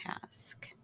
task